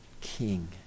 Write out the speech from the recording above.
king